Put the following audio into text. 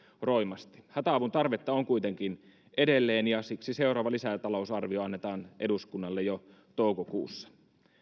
roimasti hätäavun tarvetta on kuitenkin edelleen ja siksi seuraava lisätalousarvio annetaan eduskunnalle jo toukokuussa